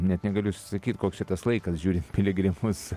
net negaliu sakyt koks čia tas laikas žiūrint piligrimus